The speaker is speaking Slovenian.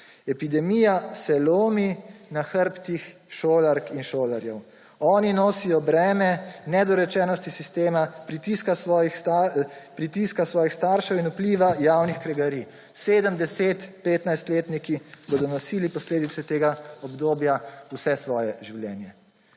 Epidemija se lomi na hrbtih šolark in šolarjev. Oni nosijo breme nedorečenosti sistema, pritiska svojih staršev in vpliva javnih kregarij. Sedem-, deset-, petnajstletniki bodo nosili posledice tega obdobja vse svoje življenje.